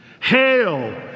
Hail